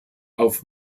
auf